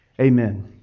Amen